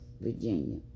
Virginia